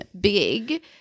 big